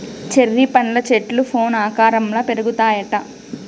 cherry పండ్ల చెట్లు fan ఆకారంల పెరుగుతాయిట